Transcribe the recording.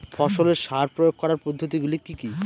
ফসলে সার প্রয়োগ করার পদ্ধতি গুলি কি কী?